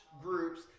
groups